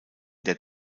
der